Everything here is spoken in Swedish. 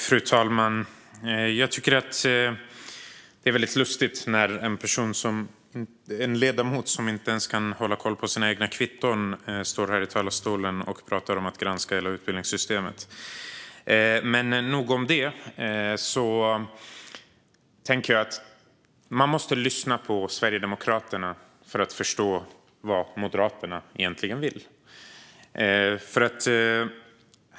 Fru talman! Jag tycker att det är lustigt när en ledamot som inte ens kan hålla koll på sina egna kvitton står här i talarstolen och pratar om att granska hela utbildningssystemet. Nog om det. Man måste lyssna på Sverigedemokraterna för att förstå vad Moderaterna egentligen vill.